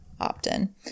opt-in